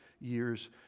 years